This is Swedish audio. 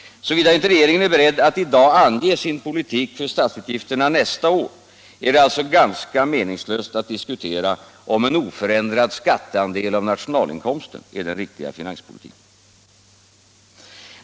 Såvida inte regeringen är beredd att i dag ange sin politik för statsutgifterna nästa år, är det alltså ganska meningslöst att diskutera om en oförändrad skatteandel av nationalinkomsten är den riktiga finanspolitiken.